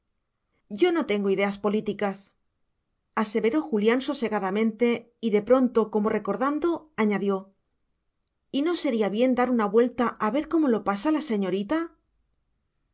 yo no tengo ideas políticas aseveró julián sosegadamente y de pronto como recordando añadió y no sería bien dar una vuelta a ver cómo lo pasa la señorita